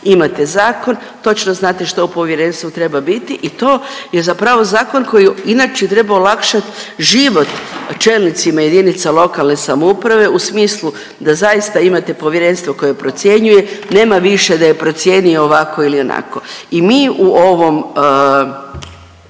imate zakon, točno znate što u povjerenstvu treba biti i to je zapravo zakon koji je inače trebao olakšati život čelnicima jedinica lokalne samouprave u smislu da zaista imate povjerenstvo koje procjenjuje, nema više da je procijenio ovako ili onako. I mi u ovom,